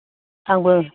आंबो